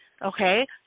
Okay